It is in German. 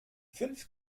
fünf